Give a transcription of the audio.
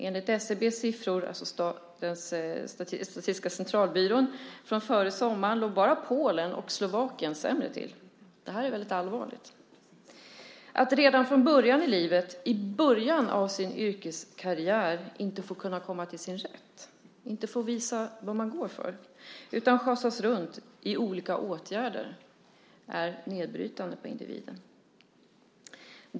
Enligt Statistiska centralbyråns, SCB:s, siffror från före sommaren låg bara Polen och Slovakien sämre till. Detta är väldigt allvarligt. Att redan i början i livet, i början av sin yrkeskarriär, inte få komma till sin rätt och få visa vad man går för utan schasas runt i olika åtgärder är nedbrytande för individen.